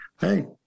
Hey